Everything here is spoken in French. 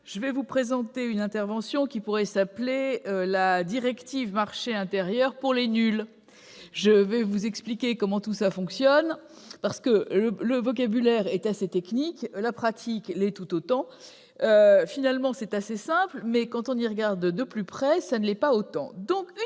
je vous présenterai une intervention qui pourrait s'intituler « La directive marché intérieur pour les nuls ». Je vais vous expliquer comment tout cela fonctionne, car le vocabulaire est assez technique et la pratique l'est tout autant. Finalement, si c'est assez simple, quand on y regarde de plus près, ça ne l'est pas tant